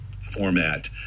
format